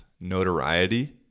notoriety